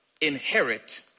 inherit